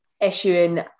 issuing